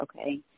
Okay